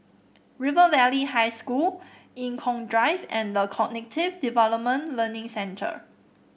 River Valley High School Eng Kong Drive and The Cognitive Development Learning Centre